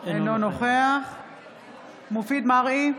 אינו נוכח מופיד מרעי,